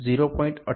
98 બરાબર 0